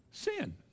sin